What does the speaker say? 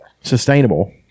Sustainable